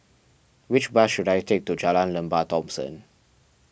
which bus should I take to Jalan Lembah Thomson